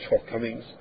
shortcomings